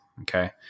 okay